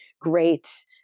great